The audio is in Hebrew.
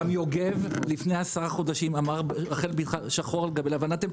גם יוגב ראש אגף תקציבים,